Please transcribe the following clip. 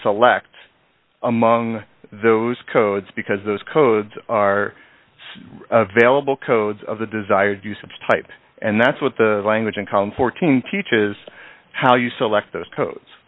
select among those codes because those codes are available codes of the desired use of type and that's what the language in column fourteen teaches how you select those codes